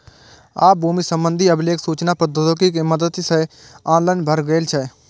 आब भूमि संबंधी अभिलेख सूचना प्रौद्योगिकी के मदति सं ऑनलाइन भए गेल छै